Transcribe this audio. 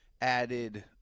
added